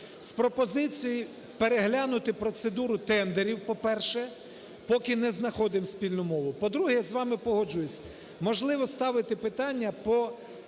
з пропозицією переглянути процедуру тендерів, по-перше, поки не знаходимо спільну мову. По-друге, я з вами погоджуюсь, можливо, ставити питання по